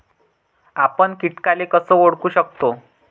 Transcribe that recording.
आपन कीटकाले कस ओळखू शकतो?